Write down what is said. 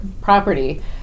property